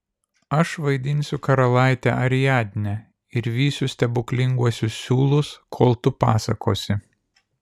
aš vaidinsiu karalaitę ariadnę ir vysiu stebuklinguosius siūlus kol tu pasakosi